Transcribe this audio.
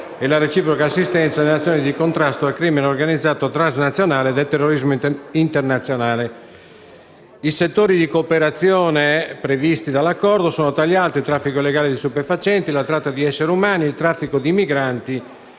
e la reciproca assistenza nell'azione di contrasto al crimine organizzato transnazionale ed al terrorismo internazionale. I settori di cooperazione previsti dall'Accordo sono, tra gli altri, il traffico illegale di stupefacenti, la tratta di esseri umani, il traffico di migranti